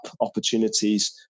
opportunities